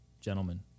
gentlemen